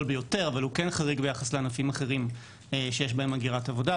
ביותר אבל הוא כן חריג ביחס לענפים אחרים שיש בהם הגירת עבודה,